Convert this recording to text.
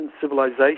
civilization